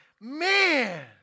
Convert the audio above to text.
Man